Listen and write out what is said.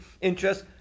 interest